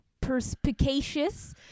perspicacious